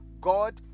God